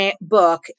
book